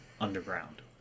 underground